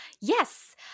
Yes